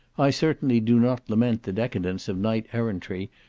i certainly do not lament the decadence of knight errantry,